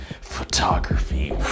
photography